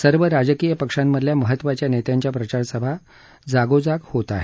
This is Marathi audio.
सर्व राजकीय पक्षांमधल्या महत्वाच्या नेत्यांच्या प्रचारसभा जागोजाग होत आहेत